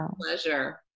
pleasure